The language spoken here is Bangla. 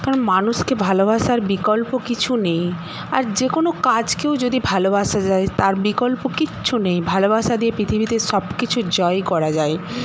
কারণ মানুষকে ভালোবাসার বিকল্প কিছু নেই আর যে কোনো কাজকেও যদি ভালোবাসা যায় তার বিকল্প কিচ্ছু নেই ভালোবাসা দিয়ে পৃথিবীতে সবকিছু জয় করা যায়